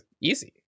easy